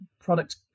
product